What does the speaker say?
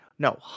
No